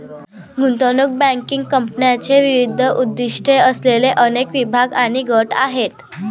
गुंतवणूक बँकिंग कंपन्यांचे विविध उद्दीष्टे असलेले अनेक विभाग आणि गट आहेत